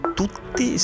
tutti